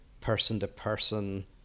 person-to-person